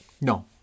no